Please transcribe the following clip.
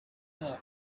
man